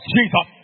Jesus